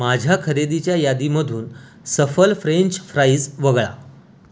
माझ्या खरेदीच्या यादीमधून सफल फ्रेंच फ्राईज वगळा